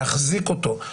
להחזיק אותו,